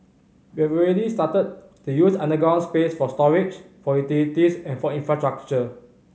we've already started to use underground space for storage for utilities and for infrastructure